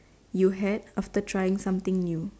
you had after trying something new